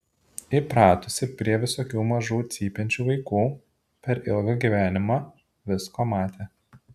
įpratusi prie visokių mažų cypiančių vaikų per ilgą gyvenimą visko matė